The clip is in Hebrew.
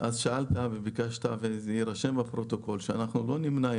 שאלת וביקשת, ויירשם בפרוטוקול, שאנחנו לא נמנע.